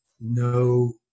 no